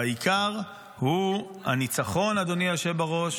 והעיקר הוא הניצחון, אדוני היושב בראש,